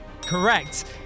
Correct